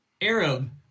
Arab